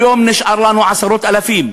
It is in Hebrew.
היום נשארו לנו עשרות-אלפים.